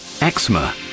Eczema